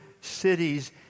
cities